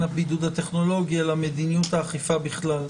הבידוד הטכנולוגי אלא מדיניות האכיפה בכלל.